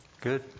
Good